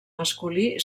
masculí